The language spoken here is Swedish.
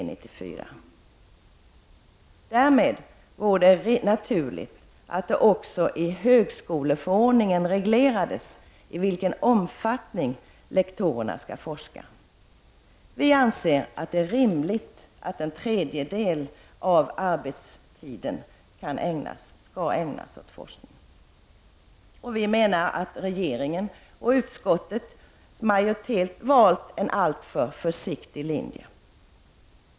Därigenom vore det naturligt att det också i högskoleförordningen reglerades i vilken omfattning lektorerna skall forska. Vi anser att det är rimligt att en tredjedel av arbetstiden skall ägnas åt forskning. Vi menar att regeringen och utskottets majoritet har valt en alltför försiktig linje.